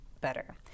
better